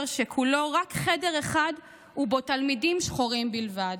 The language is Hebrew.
שכולו רק חדר אחד ובו תלמידים שחורים בלבד,